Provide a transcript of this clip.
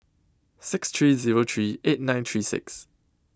six three Zero three eight nine three six